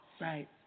Right